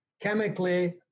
chemically